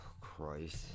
Christ